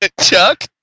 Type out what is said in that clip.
Chuck